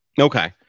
Okay